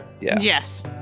Yes